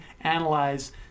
analyze